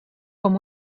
com